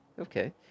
Okay